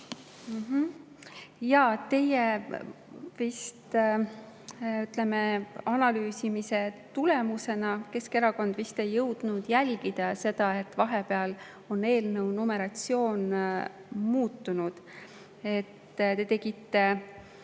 Jaa. Ütleme, analüüsimise tulemusena Keskerakond vist ei jõudnud jälgida, et vahepeal on eelnõu numeratsioon muutunud. Te tegite